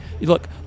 look